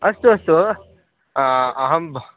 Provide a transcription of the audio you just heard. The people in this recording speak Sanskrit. अस्तु अस्तु अहं बहु